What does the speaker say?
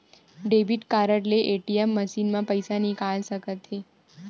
debit card ले ATM machine म पइसा निकाल सकत हे